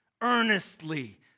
earnestly